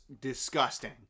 disgusting